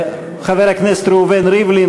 חבר הכנסת ראובן ריבלין,